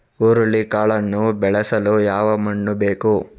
ಹುರುಳಿಕಾಳನ್ನು ಬೆಳೆಸಲು ಯಾವ ಮಣ್ಣು ಬೇಕು?